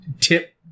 tip